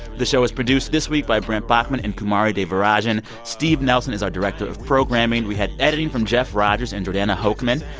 the show was produced this week by brent baughman and kumari devarajan. steve nelson is our director of programming. we had editing from jeff rogers and jordana hochman.